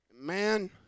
Man